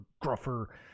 gruffer